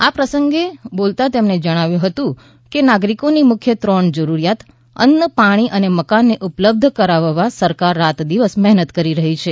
આ પ્રસંગે બોલતા તેમણે જણાવ્યું હતું કે નાગરીકોની મુખ્ય ત્રણ જરુરીયાત અન્ન પાણી અને મકાનને ઉપલબ્ધ કરાવવા સરકાર રાત દિવસ મહેનત કરી રહી છે